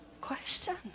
question